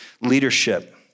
leadership